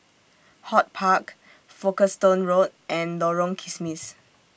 HortPark Folkestone Road and Lorong Kismis